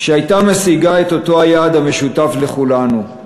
שהייתה משיגה את אותו היעד המשותף לכולנו,